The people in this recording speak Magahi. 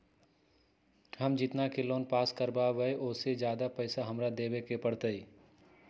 हम जितना के लोन पास कर बाबई ओ से ज्यादा पैसा हमरा देवे के पड़तई?